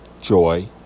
joy